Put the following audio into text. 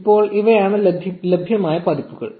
ഇപ്പോൾ ഇവയാണ് ലഭ്യമായ പതിപ്പുകൾ